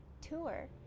tour